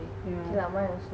yeah